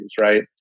right